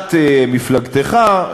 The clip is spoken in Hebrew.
ראשת מפלגתך,